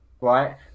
right